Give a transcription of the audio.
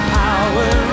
power